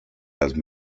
las